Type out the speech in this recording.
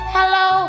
Hello